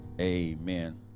Amen